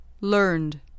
Learned